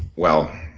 well,